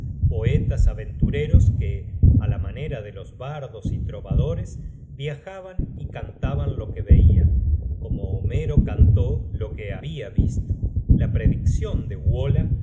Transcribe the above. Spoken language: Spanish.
poetas aventureros que á la manera de los bardos y trovadores viajaban y cantaban lo que veian como homero cantó lo que lmbia visto la prediccion de wola